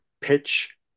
pitch